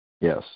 Yes